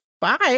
five